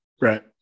Right